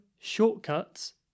shortcuts